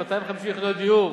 250 יחידות דיור,